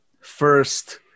first